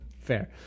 Fair